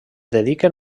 dediquen